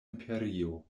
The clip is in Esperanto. imperio